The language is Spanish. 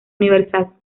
universal